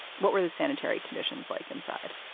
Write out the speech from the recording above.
what were the sanitary conditions like inside?